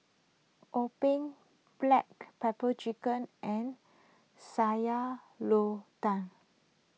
Tumpeng Black Pepper Chicken and Sayur Lodeh